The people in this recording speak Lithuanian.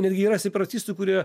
netgi yra separatistų kurie